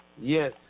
yes